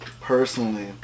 personally